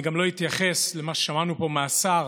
אני גם לא אתייחס למה ששמענו פה מהשר,